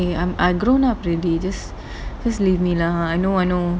okay I'm a grown up already just just leave me lah I know I know